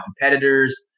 competitors